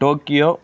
Tokyo